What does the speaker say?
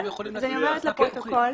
אני אומרת לפרוטוקול.